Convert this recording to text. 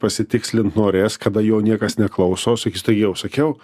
pasitikslint norės kada jo niekas neklauso sakys taigi jau sakiau